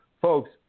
folks